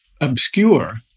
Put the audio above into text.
obscure